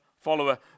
follower